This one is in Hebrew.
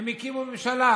הם הקימו ממשלה,